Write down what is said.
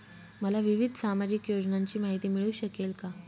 मला विविध सामाजिक योजनांची माहिती मिळू शकेल का?